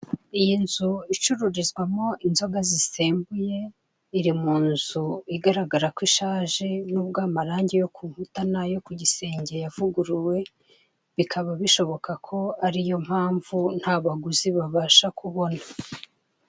Iyi nzu icururizwamo inzoga zisembuye iri munzu igaragara ko ishaje nubwo amarange yo kunguta n'ayo ku igisenge yavuguruwe bikaba bishoboka ko ariyo mpamvu nta baguzi babasha kubona.